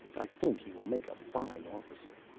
i think he will make a fine officer.